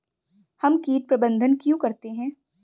हम कीट प्रबंधन क्यों करते हैं?